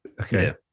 Okay